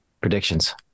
Predictions